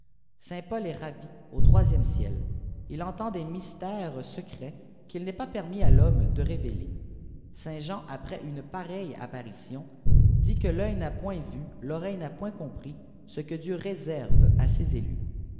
est ravi au troisièjne ciel il entend des mystères secrets qu'il n'est pas permis à l'homme de révéfer saint jean après une pareille apparition dit que l'œil n'a point vu l'oreille n'a point compris ce que dieu rrve à ses élus